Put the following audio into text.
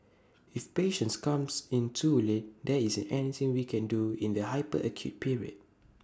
if patients comes in too late there isn't anything we can do in the hyper acute period